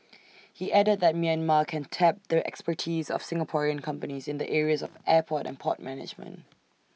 he added that Myanmar can tap the expertise of Singaporean companies in the areas of airport and port management